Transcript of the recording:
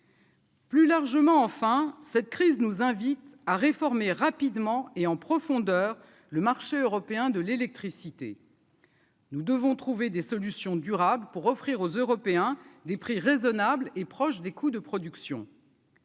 Plus largement, enfin cette crise nous invite à réformer rapidement et en profondeur le marché européen de l'électricité. Nous devons trouver des solutions durables pour offrir aux Européens des prix raisonnables et proche des coûts de production.